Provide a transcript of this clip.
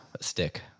stick